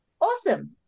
awesome